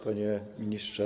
Panie Ministrze!